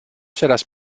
serás